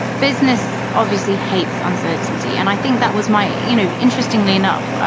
business obviously hates uncertainty. and i think that was my. you know, interestingly enough,